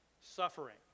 suffering